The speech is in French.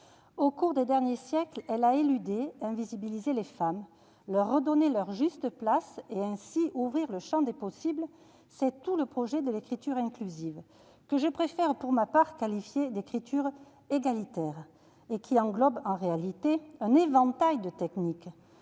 Au cours des derniers siècles, elle a éludé, invisibilisé les femmes. Leur redonner leur juste place et ainsi ouvrir le champ des possibles, c'est tout le projet de l'écriture inclusive, que je préfère pour ma part qualifier d'écriture « égalitaire », et qui englobe en réalité un éventail de techniques.